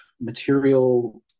material